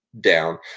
down